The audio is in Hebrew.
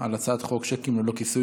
אינו נוכח,